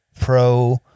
Pro